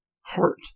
heart